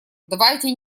давайте